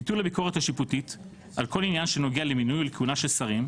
ביטול הביקורת השיפוטית על כל עניין שנוגע למינוי או לכהונה של שרים,